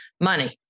money